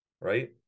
Right